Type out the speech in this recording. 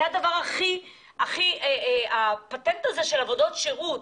יש פטנט כזה של עבודות שירות,